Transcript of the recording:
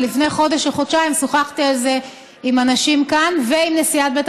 לפני חודש או חודשיים שוחחתי על זה עם אנשים כאן ועם נשיאת בית